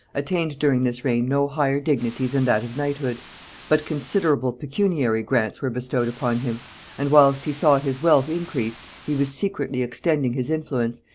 attained during this reign no higher dignity than that of knighthood but considerable pecuniary grants were bestowed upon him and whilst he saw his wealth increase, he was secretly extending his influence,